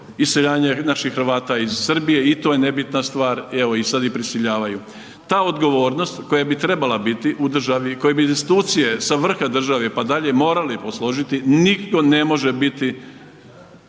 iseljavanje naših Hrvata iz Srbije i to je nebitna stvar, evo sada ih prisiljavaju. Ta odgovornost koja bi trebala biti u državi, koje bi institucije sa vrha država pa dalje morali posložiti nitko ne može biti